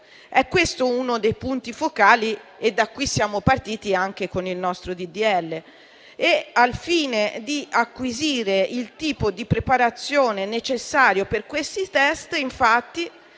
è questo uno dei punti focali e da qui siamo partiti anche con il nostro disegno di legge. Al fine di acquisire il tipo di preparazione necessario per questi *test*, si